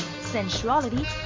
sensuality